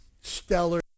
stellar